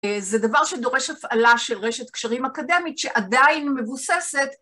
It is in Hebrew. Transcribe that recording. זה דבר שדורש הפעלה של רשת קשרים אקדמית שעדיין מבוססת